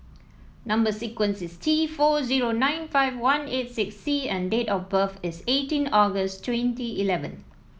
number sequence is T four zero nine five one eight six C and date of birth is eighteen August twenty eleven